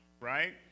right